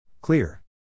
Clear